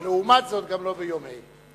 ולעומת זאת גם לא ביום ה'.